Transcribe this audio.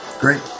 Great